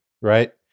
right